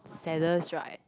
saddest right